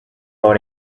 about